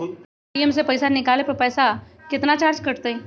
ATM से पईसा निकाले पर पईसा केतना चार्ज कटतई?